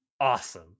awesome